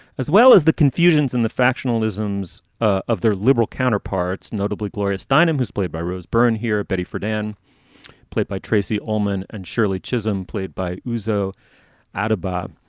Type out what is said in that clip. as well as the confusions and the factional isms of their liberal counterparts, notably gloria steinem, who's played by rose byrne here, betty friedan played by tracy ullman and shirley chisholm played by youso out of bob.